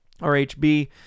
RHB